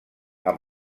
amb